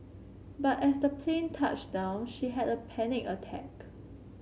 but as the plane touched down she had a panic attack